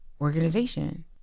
organization